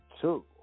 two